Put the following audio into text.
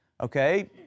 Okay